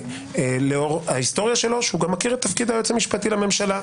בבקשה, הוא גם מכיר את תפקיד היועץ המשפטי לממשלה,